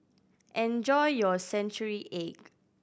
enjoy your century egg